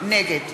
נגד